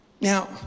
Now